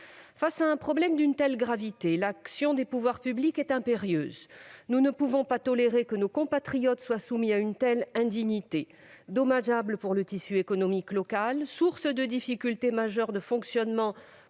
Face à un problème d'une telle gravité, l'action des pouvoirs publics est impérieuse : nous ne pouvons pas tolérer que nos compatriotes soient soumis à une telle indignité. Dommageable pour le tissu économique local, source de difficultés majeures de fonctionnement